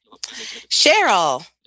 Cheryl